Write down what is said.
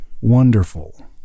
Wonderful